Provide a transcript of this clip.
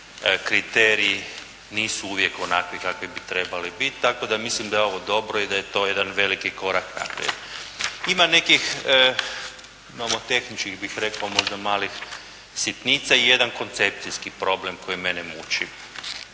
kriteriji nisu uvijek onakvi kakvi bi trebali biti, tako da mislim da je ovo dobro i da je to jedan veliki korak naprijed. Ima nekih, nomotehničkih bih rekao, možda malih sitnica i jedan koncepcijski problem koji mene muči.